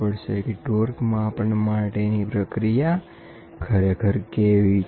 તો આના પછી તમને ખબર પડશે કે કોઈ સિસ્ટમ મા ટોર્ક માપન માટેની પ્રક્રિયા કેવી છે